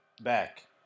back